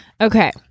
Okay